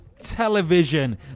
television